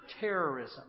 terrorism